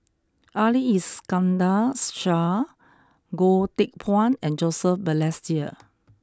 Ali Iskandar Shah Goh Teck Phuan and Joseph Balestier